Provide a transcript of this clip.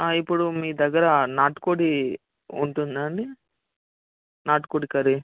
ఇప్పుడు మీ దగ్గర నాటుకోడి ఉంటుందా అండి నాటుకోడి కర్రీ